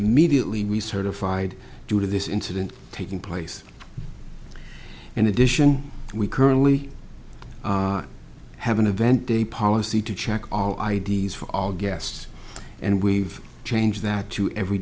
immediately we certified due to this incident taking place in addition we currently have an event day policy to check all i d s for all guests and we've changed that to every